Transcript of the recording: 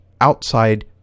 outside